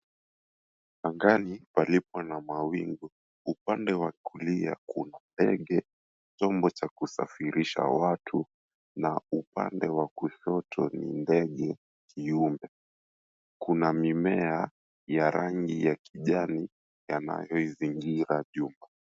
Angani , palipo na mawingu. Upande wa kulia kuna ndege, chombo cha kusafirisha watu na upande wa kushoto ni ndege kiumbe. Kuna mimea ya rangi ya kijani yanayoizingira jumba.